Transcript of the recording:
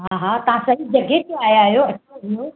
हा हा तव्हां सही जॻहि ते आया आहियो हलो